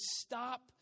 stop